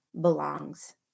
belongs